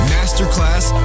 Masterclass